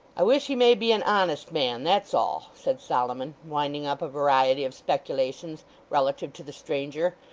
i wish he may be an honest man, that's all said solomon, winding up a variety of speculations relative to the stranger,